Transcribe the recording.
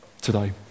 today